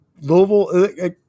Louisville –